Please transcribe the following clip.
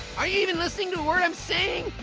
are you even listening to a word i'm saying?